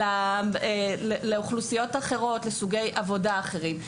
אלא לאוכלוסיות אחרות ולסוגי עבודה אחרים.